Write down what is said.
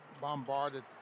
bombarded